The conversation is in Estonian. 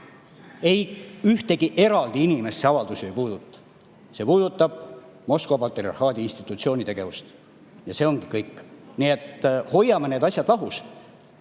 ei ühtegi eraldi inimest see avaldus ei puuduta. See puudutab Moskva patriarhaadi kui institutsiooni tegevust ja see ongi kõik. Nii et hoiame need asjad lahus.